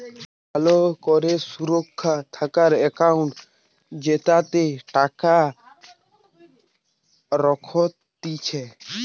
ভালো করে সুরক্ষা থাকা একাউন্ট জেতাতে টাকা রাখতিছে